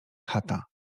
chata